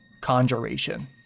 conjuration